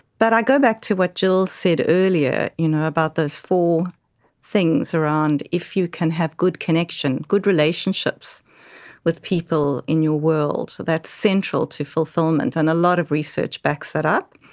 but i go back to what gill said earlier you know about those four things around if you can have good connection, good relationships with people in your world, that's central to fulfilment, and a lot of research backs that up.